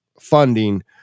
funding